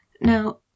Now